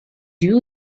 you